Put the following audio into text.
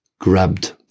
Grabbed